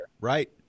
Right